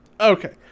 Okay